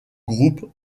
groupe